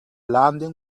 landing